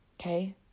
Okay